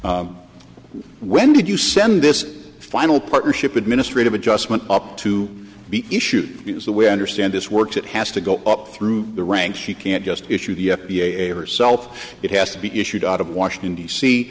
when did you send this final partnership administrative adjustment up to be issued because the way i understand this works it has to go up through the ranks you can't just issue the f d a herself it has to be issued out of washington d c